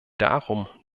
darum